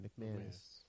McManus